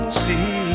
see